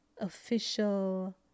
official